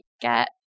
get